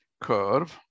curve